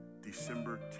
December